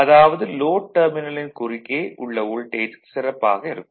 அதாவது லோட் டெர்மினலின் குறுக்கே உள்ள வோல்டேஜ் சிறப்பாக இருக்கும்